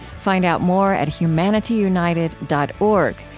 find out more at humanityunited dot org,